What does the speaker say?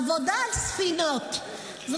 עבודה על ספינות,